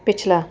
ਪਿਛਲਾ